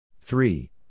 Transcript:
Three